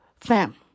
fam